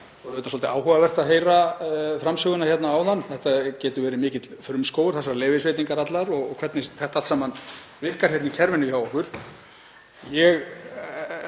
það. Það var svolítið áhugavert að heyra framsöguna hérna áðan. Þetta getur verið mikill frumskógur, þessar leyfisveitingar allar og hvernig þetta allt saman virkar hérna í kerfinu hjá okkur. Ég